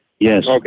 Yes